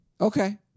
Okay